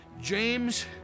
James